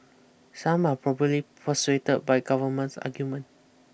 some are probably persuaded by government's argument